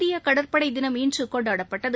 இந்திய கடற்படை தினம் இன்று கொண்டாடப்பட்டது